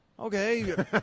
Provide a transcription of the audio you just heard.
Okay